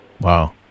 Wow